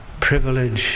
privilege